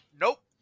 nope